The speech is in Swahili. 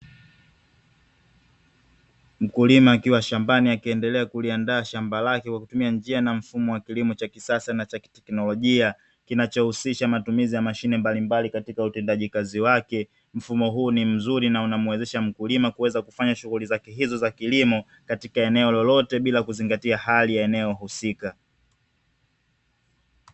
Mkulima akiwa shambani akiendelea kuliandaa shamba lake kwa kutumia njia na mfumo wa kilimo cha kisasa na cha kiteknolojia, kinachohusisha matumizi ya mashine mbalimbali katika utendaji kazi wake. Mfumo huu ni mzuri na unamwezesha mkulima kuweza kufanya shughuli zake hizo za kilimo katika eneo lolote bila kuzingatia hali ya eneo husika.